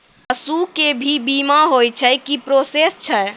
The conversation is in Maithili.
पसु के भी बीमा होय छै, की प्रोसेस छै?